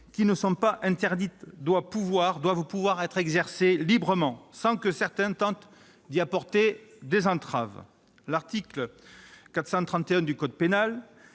qui ne sont pas interdites doivent pouvoir être exercées librement, sans que certains tentent d'y apporter des entraves. L'article 431-1 du code pénal